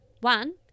One